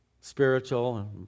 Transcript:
spiritual